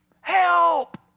Help